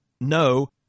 No